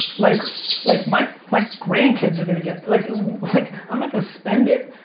like like my my grandkids are gonna get, like like i'm not gonna spend it,